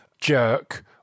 Jerk